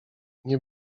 nie